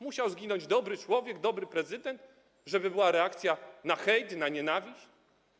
Musiał zginąć dobry człowiek, dobry prezydent, żeby była reakcja na hejt, na nienawiść?